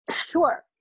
Sure